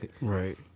Right